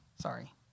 Sorry